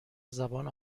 زبان